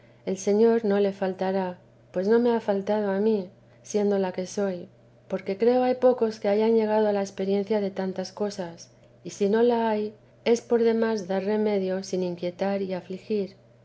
el señor no le faltará pues no me ha faltado a trn mí siendo la que soy porque creo hay pocos que llegado a la experiencia de tantas cosas y si no la h es por demás dar remedio sin inquietar y afligir